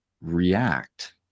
react